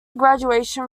graduation